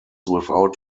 without